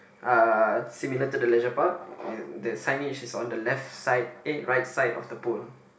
uh similar to the leisure park uh the signage is on the left side eh right side of the pole